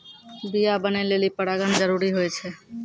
बीया बनै लेलि परागण जरूरी होय छै